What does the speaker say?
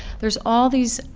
there's all these